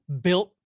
built